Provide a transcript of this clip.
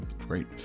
Great